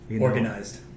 Organized